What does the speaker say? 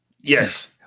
Yes